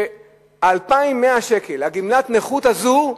כש-2,100 שקל, גמלת הנכות הזאת,